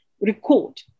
record